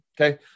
Okay